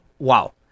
Wow